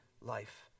life